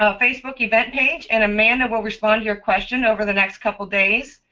ah facebook event page and amanda will respond to your question over the next couple days.